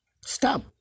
Stop